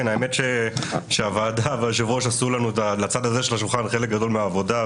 האמת שהוועדה והיושב-ראש שעשו לצד הזה של השולחן חלק גדול מהעבודה,